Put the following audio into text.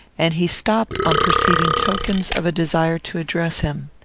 and he stopped on perceiving tokens of a desire to address him.